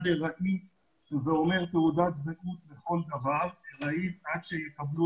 שזה אומר תעודת זהות לכל דבר עד שיקבלו